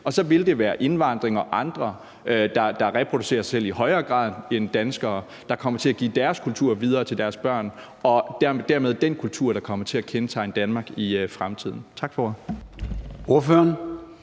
Og så vil det være indvandrere eller andre, der reproducerer sig selv i højere grad end danskere, som kommer til at give deres kultur videre til deres børn, og dermed bliver det den kultur, der kommer til at kendetegne Danmark i fremtiden. Tak for